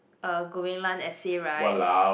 uh essay right